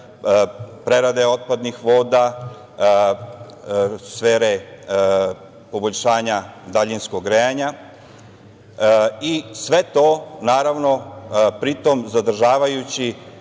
prerade otpadnih voda, sfere poboljšanja daljinskog grejanja i sve to zadržavajući